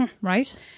Right